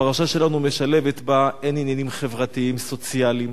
הפרשה שלנו משלבת בה הן עניינים חברתיים סוציאליים,